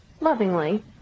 lovingly